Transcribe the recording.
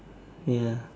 ya